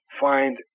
find